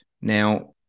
Now